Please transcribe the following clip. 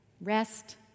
Rest